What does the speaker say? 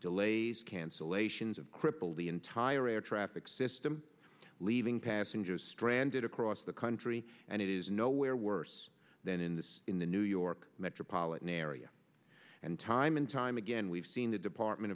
delays cancellations of crippled the entire air traffic system leaving passengers stranded across the country and it is nowhere worse than in this in the new york metropolitan area and time and time again we've seen the department